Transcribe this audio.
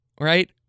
right